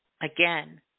Again